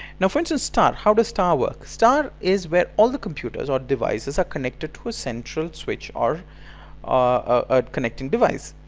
now for instance star. how does star work? star is where all the computers or devices are connected to a central switch or a connecting device.